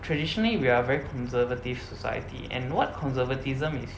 traditionally we are a very conservative society and what conservatism is